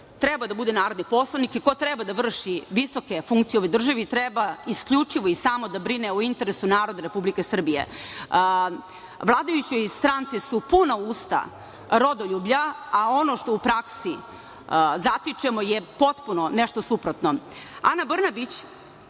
treba da bude narodni poslanik i ko treba da vrši visoke funkcije u ovoj državi treba isključivo i samo da brine o interesu naroda Republike Srbije. Vladajućoj stranci su puna usta rodoljublja, a ono što u praksi zatičemo je potpuno nešto suprotno. Ana Brnabić,